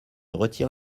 retire